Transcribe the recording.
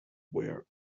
were